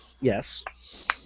Yes